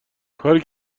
کاری